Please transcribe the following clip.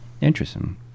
Interesting